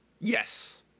Yes